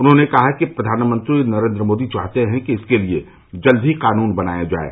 उन्होंने कहा कि फ्रधानमंत्री नरेन्द्र मोदी चाहते हैं कि इसके लिए जल्द ही कानून बनाया जाये